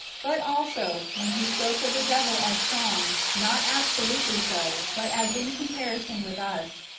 but also, when he spoke of the devil as strong, not absolutely so, but as in comparison with us,